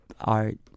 art